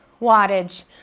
wattage